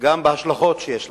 וגם בהשלכות שיש להן.